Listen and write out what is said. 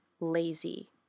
lazy